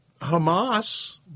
Hamas